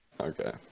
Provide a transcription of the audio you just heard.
Okay